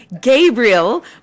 Gabriel